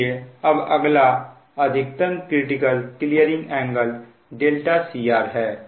इसलिए अब अगला अधिकतम क्रिटिकल क्लीयरिंग एंगल δcr है